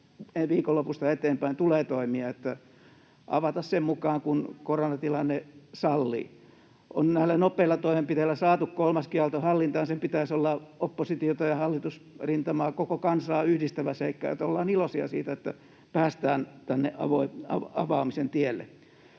viikonlopusta eteenpäin tulee toimia: avata sen mukaan kuin koronatilanne sallii. Näillä nopeilla toimenpiteillä on saatu kolmaskin aalto hallintaan, ja sen pitäisi olla oppositiota ja hallitusrintamaa, koko kansaa yhdistävä seikka. Ollaan iloisia siitä, että päästään avaamisen tielle.